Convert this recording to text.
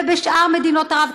ובשאר מדינות ערב,